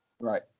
Right